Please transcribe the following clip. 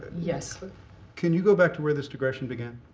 yes can you go back to where this digression began?